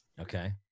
okay